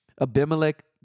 Abimelech